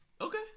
Okay